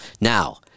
Now